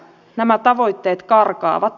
nämä tavoitteet karkaavat